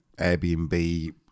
Airbnb